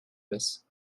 baisse